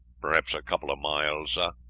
perhaps a couple of miles, sir.